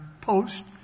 post